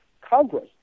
Congress